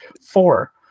four